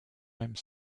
même